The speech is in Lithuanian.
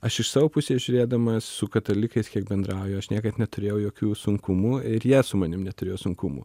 aš iš savo pusės žiūrėdamas su katalikais kiek bendrauju aš niekad neturėjau jokių sunkumų ir jie su manim neturėjo sunkumų